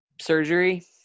surgery